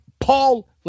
Paul